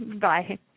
Bye